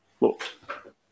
Look